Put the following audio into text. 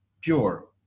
pure